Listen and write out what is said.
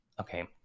okay